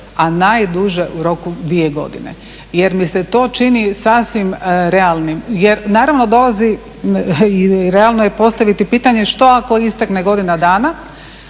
a najduže u roku 2 godine. Jer mi se to čini sasvim realnim, jer naravno dolazi, i realno je postaviti pitanje što ako istekne godina dana